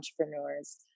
entrepreneurs